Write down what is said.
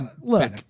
look